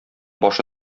башы